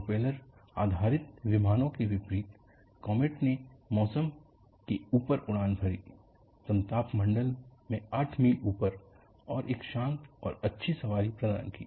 propeller आधारित विमानों के विपरीत कॉमेट ने मौसम के ऊपर उड़ान भरी समताप मंडल में 8 मील ऊपर और एक शांत और अच्छी सवारी प्रदान की